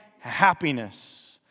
happiness